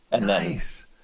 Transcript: Nice